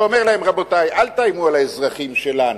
ואומר להם: רבותי, אל תאיימו על האזרחים שלנו.